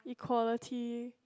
equality